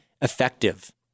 effective